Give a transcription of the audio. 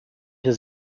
his